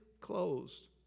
closed